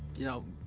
you know,